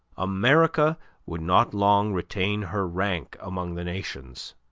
america would not long retain her rank among the nations.